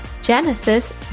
Genesis